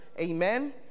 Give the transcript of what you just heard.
Amen